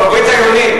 ברית היונים.